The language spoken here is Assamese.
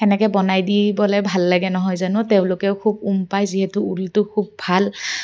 সেনেকে বনাই দিবলে ভাল লাগে নহয় জানো তেওঁলোকেও খুব উম পায় যিহেতু ঊলটো খুব ভাল